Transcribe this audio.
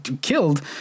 killed